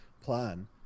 plan